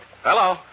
Hello